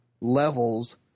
levels